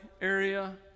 area